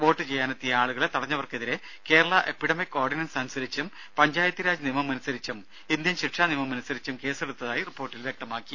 vote ചെയ്യാനെത്തിയ ആളുകളെ തടഞ്ഞവർക്കെതിരെ കേരള എപ്പിഡമിക് ഓർഡിനൻസ് അനുസരിച്ചും പഞ്ചായത്ത് രാജ് നിയമമനുസരിച്ചും ഇന്ത്യൻ ശിക്ഷാ നിയമമനുസരിച്ചും കേസെടുത്തതായി റിപ്പോർട്ടിൽ വ്യക്തമാക്കി